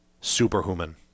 Superhuman